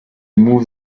moved